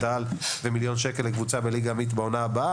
העל ו-1 מיליון שקל בליגה הלאומית בעונה הבאה.